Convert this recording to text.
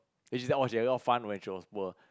eh she say she had a lot of fun when she was poor